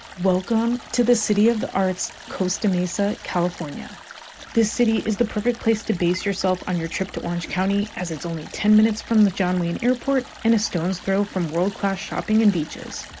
welcome to the city of the arts costa mesa california this city is the perfect place to base yourself on your trip to orange county as it's only ten minutes from the john wayne airport and a stone's throw from world-class shopping and beaches